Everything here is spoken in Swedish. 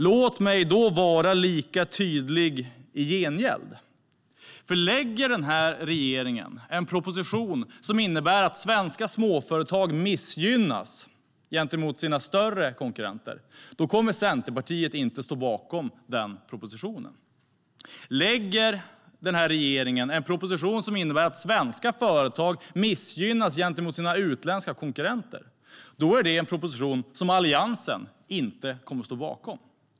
Låt mig då vara lika tydlig i gengäld. Lägger regeringen fram en proposition som innebär att svenska småföretag missgynnas gentemot sina större konkurrenter kommer Centerpartiet inte att stå bakom den propositionen. Lägger regeringen fram en proposition som innebär att svenska företag missgynnas gentemot sina utländska konkurrenter är det en proposition som Alliansen inte kommer att stå bakom.